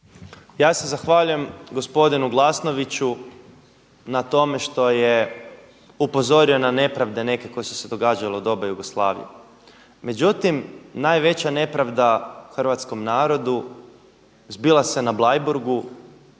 Ja se zahvaljujem gospodinu Glasnoviću na tome što je upozorio na nepravde neke koje su se događale u doba Jugoslavije. Međutim, najveća nepravda Hrvatskom narodu zbila se na Bleiburgu